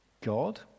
God